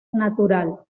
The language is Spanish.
natural